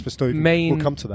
main